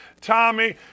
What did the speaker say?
Tommy